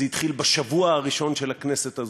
זה התחיל בשבוע הראשון של הכנסת הזאת.